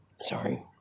sorry